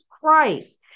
Christ